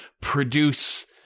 produce